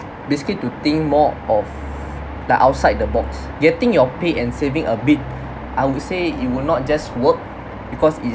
basically to think more of like outside the box getting your pay and saving a bit I would say it will not just work because it's